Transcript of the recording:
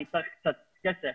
אני צריך קצת כסף.